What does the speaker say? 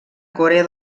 corea